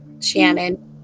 Shannon